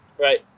right